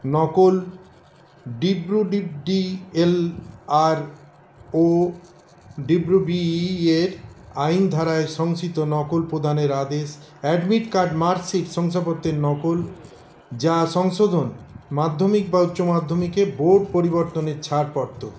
নকল D L R ও B E এর আইন ধারায় শংসিত নকল প্রদানের আদেশ অ্যাডমিট কার্ড মার্কশিট শংসাপত্রের নকল যা সংশোধন মাধ্যমিক বা উচ্চমাধ্যমিকে বোর্ড পরিবর্তনের ছাড়পত্র